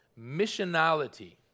missionality